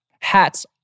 Hats